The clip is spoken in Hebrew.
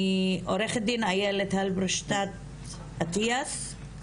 עו"ד איילת הלברשטט עטיאס,